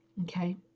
okay